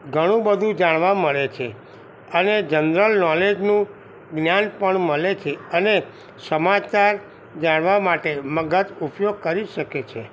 ગણું બધું જાણવા મળે છે અને જનરલ નોલેજનું જ્ઞાન પણ મળે છે અને સમાચાર જાણવા માટે મગજ ઉપયોગ કરી શકે છે